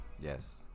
Yes